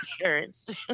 parents